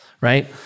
right